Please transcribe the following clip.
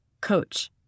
coach